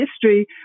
history